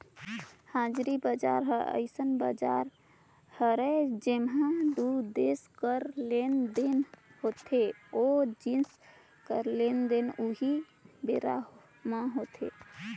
हाजिरी बजार ह अइसन बजार हरय जेंमा दू देस कर लेन देन होथे ओ जिनिस कर लेन देन उहीं बेरा म होथे